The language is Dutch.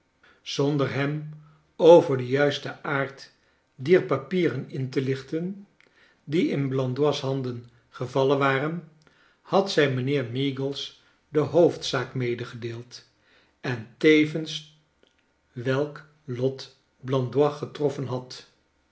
zonder hem over den juisten aard dier papieren in te lichten die in blandois handen gevallen waren had zij mijnheer meagles de hoofdzaak medegedeeld en tevens welk lot blandois getroffen had